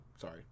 Sorry